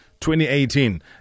2018